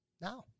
Now